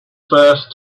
first